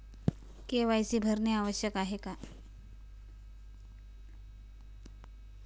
KYC भरणे आवश्यक आहे का?